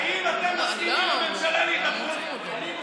האם אתם מסכימים, הממשלה, להידברות?